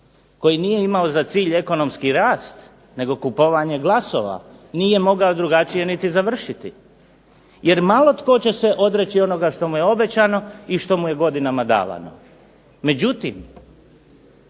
koji nije imao za cilj ekonomski rast nego kupovanje glasovanje nije mogao drugačije niti završiti, jer malo tko će se odreći onoga što mu je obećano i što mu je godinama davano.